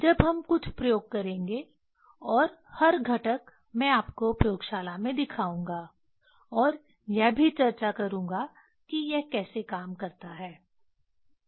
जब हम कुछ प्रयोग करेंगे और हर घटक मैं आपको प्रयोगशाला में दिखाऊंगा और यह भी चर्चा करूंगा कि यह कैसे काम करता है